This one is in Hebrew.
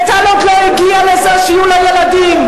וטל עוד לא הגיעה לזה שיהיו לה ילדים,